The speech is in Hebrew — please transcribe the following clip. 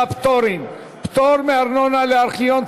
(פטורין) (פטור מארנונה לארכיון ציבורי),